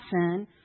sin